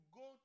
go